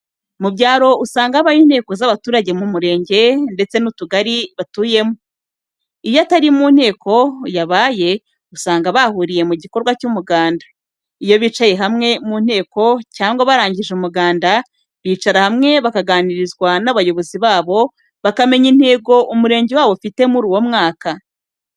Mubyaro usanga habaho inteko z'abaturage mu murenge, ndetse n'utugari batuyemo, iyo atari inteko yabaye usanga bahuriye mu gikorwa cy'umuganda. Iyo bicaye hamwe mu inteko cyangwa barangije umuganda bicara hamwe bakaganirizwa n'abayobozi babo, bakamenya intego umurenge wabo ufite muri uwo mwaka.